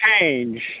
change